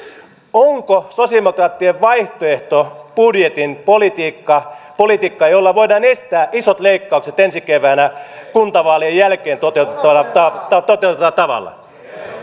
onko sosialidemokraattien vaihtoehtobudjetin politiikka politiikkaa jolla voidaan estää isot leikkaukset ensi keväänä kuntavaalien jälkeen toteutettavalla tavalla